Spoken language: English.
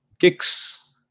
Kicks